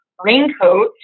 raincoat